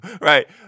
right